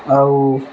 ଆଉ